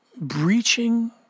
breaching